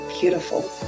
beautiful